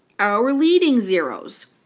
our leading zeroes.